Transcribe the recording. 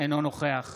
אינו נוכח